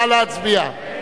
נא להצביע.